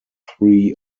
three